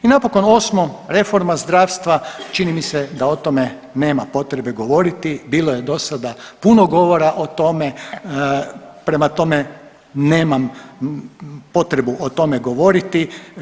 I napokon osmo, reforma zdravstva, čini mi se da o tome nema potrebe govoriti, bilo je dosada puno govora o tome, prema tome nemam potrebu o tome govoriti.